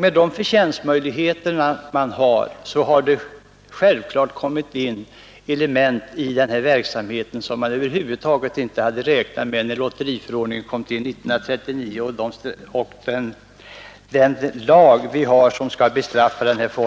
Med de vinstmöjligheter som finns har den här utvecklingen fört in element i verksamheten som man givetvis inte räknade med när lotteriförordningen kom till 1939 och inte heller när den lag kom till enligt vilken brott mot den förordningen skall bestraffas. Därför